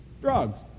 drugs